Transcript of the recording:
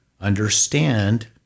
understand